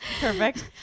Perfect